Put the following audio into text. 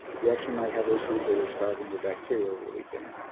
you actually might have issues where you're starving your bacteria over the weekend.